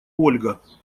ольга